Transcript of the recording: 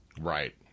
Right